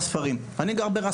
אני גר בהר הזיתים,